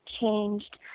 changed